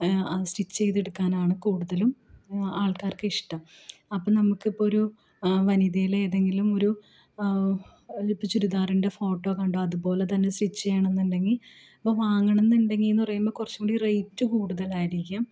stitch ചെയ്തെടുക്കാനാണ് കൂടുതലും ആൾക്കാർക്ക് ഇഷ്ടം അപ്പോൾ നമുക്ക് ഇപ്പോഴൊരു വനിതയിൽ ഏതെങ്കിലും ഒരു ചുരിദാറിൻ്റെ ഫോട്ടോ കണ്ടു അതുപോലെ തന്നെ സ്റ്റിച്ച് ചെയ്യണം എന്നുണ്ടെങ്കിൽ ഇപ്പം വാങ്ങണം എന്നുണ്ടെങ്കിൽ എന്നു പറയുമ്പോൾ കുറച്ചും കൂടി റേറ്റ് കൂടുതലായിരിക്കും